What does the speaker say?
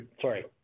Sorry